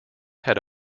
had